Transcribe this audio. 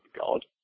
God